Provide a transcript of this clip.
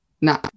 nah